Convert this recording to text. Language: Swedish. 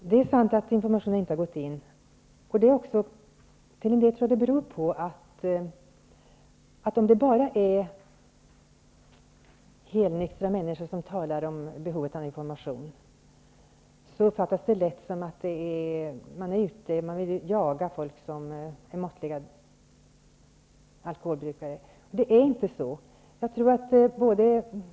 Fru talman! Det är sant att informationen inte har nått fram. Jag tror att det till en del beror på att det, om det är bara helnyktra människor som talar om behovet av information, lätt uppfattas som att folk som är måttliga alkoholbrukare skall jagas. Men det är inte så.